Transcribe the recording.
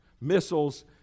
missiles